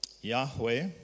Yahweh